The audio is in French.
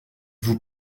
vous